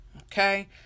okay